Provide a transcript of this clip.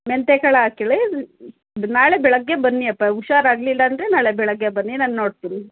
ಮೆಂತ್ಯ ಕಾಳು ಹಾಕ್ಕಳಿ ನಾಳೆ ಬೆಳಗ್ಗೆ ಬನ್ನಿ ಅಪ್ಪ ಹುಷಾರು ಆಗಲಿಲ್ಲ ಅಂದರೆ ನಾಳೆ ಬೆಳಗ್ಗೆ ಬನ್ನಿ ನಾನು ನೋಡ್ತೀನಿ